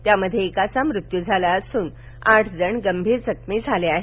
या मध्ये काचा मृत्यू झाला असून आठ जण गंभीर जखमी झाले आहेत